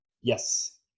Yes